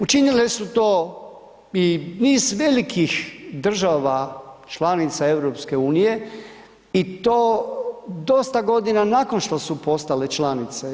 Učinile su to i niz velikih država članica EU i to dosta godina nakon što su postale članice.